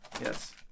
yes